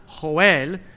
Joel